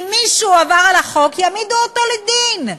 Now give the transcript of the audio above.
אם מישהו עבר על החוק, יעמידו אותו לדין.